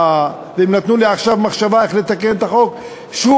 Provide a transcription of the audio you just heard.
והם נתנו לי עכשיו מחשבה איך לתקן את החוק שוב,